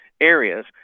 areas